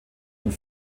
und